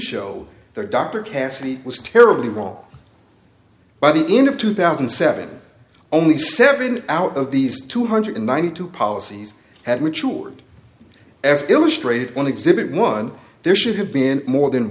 show their doctor cassie was terribly wrong by the end of two thousand and seven only seven out of these two hundred ninety two policies had mature as illustrated on exhibit one there should have been more than